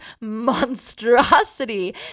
monstrosity